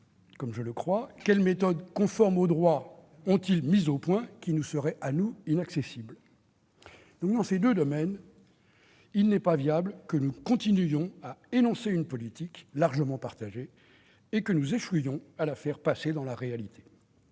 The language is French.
comme je le crois, quelles méthodes conformes au droit ont-ils mises au point qui nous seraient inaccessibles ? Dans ces deux domaines, il n'est pas viable que nous continuions à énoncer une politique largement partagée et que nous échouions à la concrétiser. J'en termine